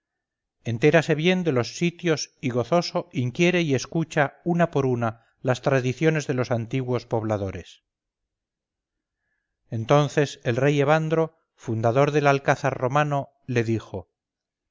bien de los sitios y gozoso inquiere y escucha una por una las tradiciones de los antiguos pobladores entonces el rey evandro fundador del alcázar romano de dijo